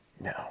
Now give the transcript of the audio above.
No